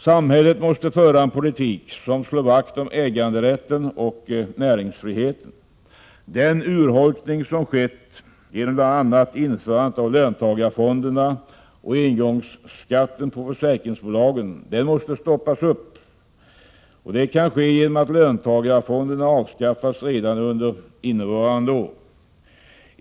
Samhället måste föra en politik som slår vakt om äganderätten och näringsfriheten. Den urholkning som skett genom bl.a. införandet av löntagarfonderna och engångsskatten på försäkringsbolagen måste stoppas. Detta kan ske genom att löntagarfonderna avskaffas redan under innevarande år.